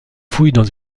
fouillent